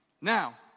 Now